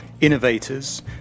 innovators